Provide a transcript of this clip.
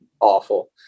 awful